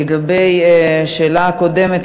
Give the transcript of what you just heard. לגבי השאלה הקודמת,